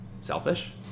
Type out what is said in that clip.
selfish